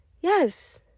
yes